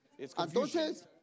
Entonces